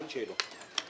אין שאלות.